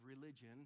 religion